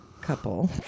couple